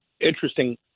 interesting